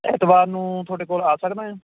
ਐਤਵਾਰ ਨੂੰ ਤੁਹਾਡੇ ਕੋਲ ਆ ਸਕਦਾ ਹਾਂ